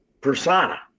persona